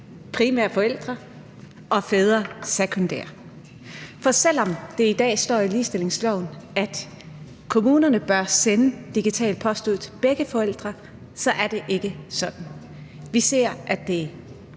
primære forældre og fædre sekundære. For selv om det i dag står i ligestillingsloven, at kommunerne bør sende digital post til begge forældre, er det ikke sådan, det sker. Vi ser, at det for